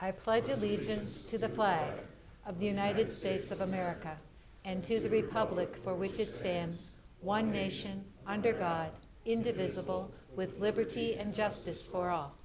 of the united states of america and to the republic for which it stands one nation under god indivisible with liberty and justice for all